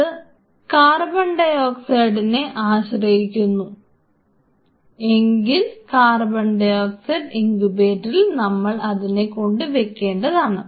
അത് കാർബൺഡയോക്സൈഡിനെ ആശ്രയിക്കുന്നു എങ്കിൽ കാർബൺഡയോക്സൈഡ് ഇൻകുബേറ്ററിൽ നമ്മൾ അതിനെ കൊണ്ട് വെക്കേണ്ടതാണ്